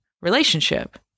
Relationship